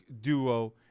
duo